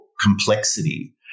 complexity